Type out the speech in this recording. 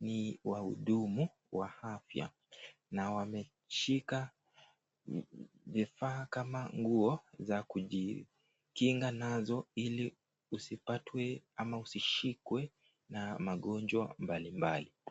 ni wahudumu wa afya na wameshika vifaa kama nguo za kujikinga nazo, ili usipatwe ama ushishikwe na magonjwa mbalimbali.